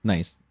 Nice